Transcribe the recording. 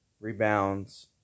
rebounds